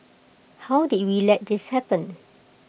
how did we let this happen